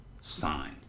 sign